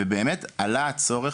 ובאמת עלה צורך,